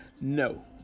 No